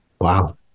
Wow